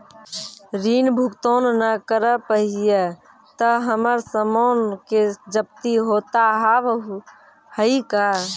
ऋण भुगतान ना करऽ पहिए तह हमर समान के जब्ती होता हाव हई का?